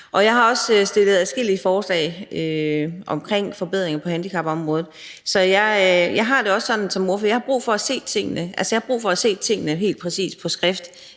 Og jeg har også fremsat adskillige forslag omkring forbedringer på handicapområdet. Så jeg har det også sådan som ordfører, at jeg har brug for at se tingene, altså at